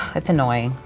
it's annoying.